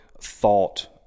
thought